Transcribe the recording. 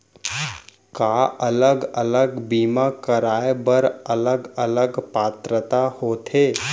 का अलग अलग बीमा कराय बर अलग अलग पात्रता होथे?